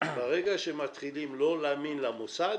ברגע שמתחילים לא להאמין למוסד,